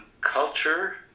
culture